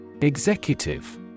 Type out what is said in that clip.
Executive